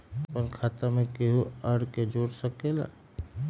अपन खाता मे केहु आर के जोड़ सके ला?